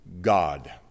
god